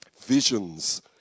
visions